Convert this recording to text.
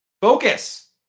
Focus